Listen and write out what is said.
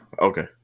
Okay